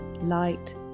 light